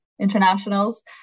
internationals